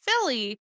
Philly